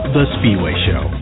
thespeedwayshow